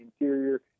interior